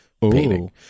painting